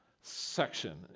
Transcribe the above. section